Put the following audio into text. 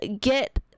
get